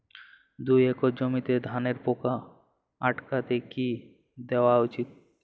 দুই একর জমিতে ধানের পোকা আটকাতে কি দেওয়া উচিৎ?